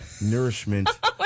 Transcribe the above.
nourishment